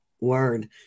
word